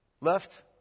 left